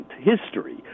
history